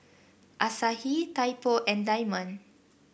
Asahi Typo and Diamond